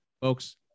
Folks